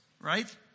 Right